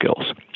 skills